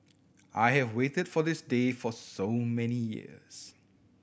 I have waited for this day for so many years